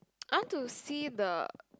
I want to see the